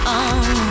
on